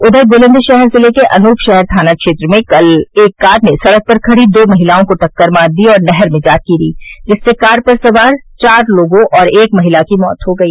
उधर बुलन्दशहर जिले के अनूपशहर थाना क्षेत्र में कल एक कार ने सड़क पर खड़ी दो महिलाओं को टक्कर मार दी और नहर में जा गिरी जिससे कार सवार चार लोगों और एक महिला की मौत हो गई